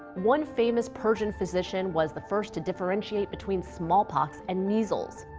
one famous persian physician was the first to differentiate between smallpox and measles.